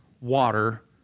water